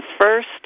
first